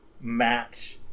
Matt